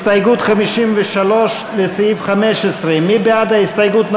הסתייגות 50. מי בעד ההסתייגות?